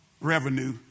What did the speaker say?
revenue